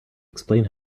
explain